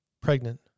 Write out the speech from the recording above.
Pregnant